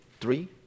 three